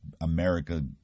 America